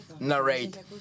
Narrate